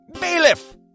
Bailiff